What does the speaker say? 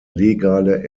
legale